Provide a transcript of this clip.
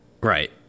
Right